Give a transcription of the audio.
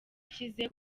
ikize